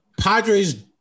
Padres